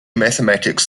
mathematics